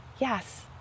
yes